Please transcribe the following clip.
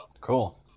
cool